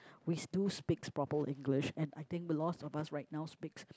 we do speaks proper English and I think lots of us right now sepaks